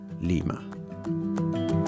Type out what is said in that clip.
Lima